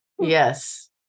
yes